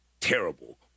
terrible